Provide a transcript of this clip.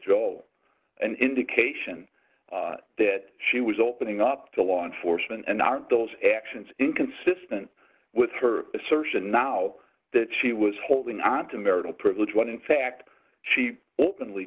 joel and indication that she was opening up to law enforcement and aren't those actions inconsistent with her assertion now that she was holding on to marital privilege when in fact she openly